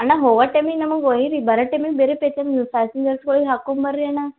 ಅಣ್ಣ ಹೋಗೋ ಟೈಮಿಗೆ ನಮ್ಗೆ ಒಯ್ಯಿರಿ ಬರೋ ಟೈಮಿಗೆ ಬೇರೆ ಪೇಷನು ಪ್ಯಾಸೆಂಜರ್ಸ್ಗಳಿಗೆ ಹಾಕೋಂಬರ್ರಿ ಅಣ್ಣ